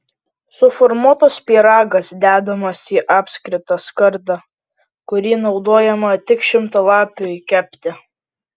suformuotas pyragas dedamas į apskritą skardą kuri naudojama tik šimtalapiui kepti